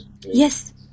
Yes